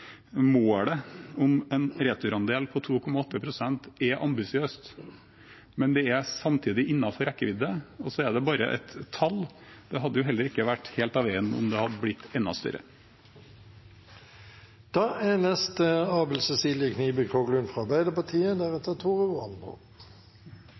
målet om en returandel på 2,8 pst. er ambisiøst, men det er samtidig innenfor rekkevidde. Så er det bare et tall – det hadde heller ikke vært helt av veien om det hadde blitt enda større. Det er